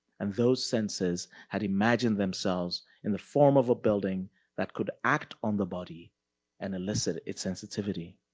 and those senses had imagined themselves in the form of a building that could act on the body and illicit its sensitivity.